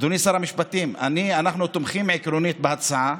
אדוני שר המשפטים, אנחנו תומכים עקרונית בהצעה,